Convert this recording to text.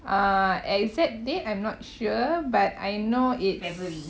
uh exact date I'm not sure but I know it's